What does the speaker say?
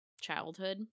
childhood